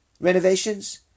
renovations